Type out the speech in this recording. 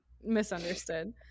misunderstood